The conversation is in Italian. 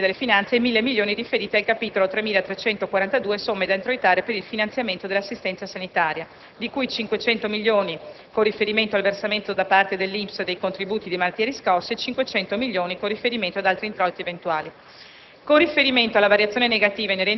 (Entrate eventuali e diverse del Ministero dell'economia e delle finanze) e 1.000 milioni riferiti al capitolo 3342 (Somme da introitare per il finanziamento dell'assistenza sanitaria), di cui 500 milioni con riferimento all'articolo 1 (Versamento da parte dell'INPS dei contributi di malattia riscossi) e 500 milioni con riferimento all'articolo 15 (Altri introiti eventuali).